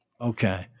Okay